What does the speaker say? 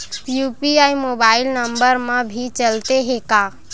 UPI mobile number मा भी चलते हे का?